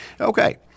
Okay